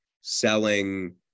selling